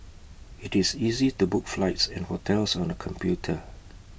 IT is easy to book flights and hotels on the computer